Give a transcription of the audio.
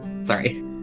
Sorry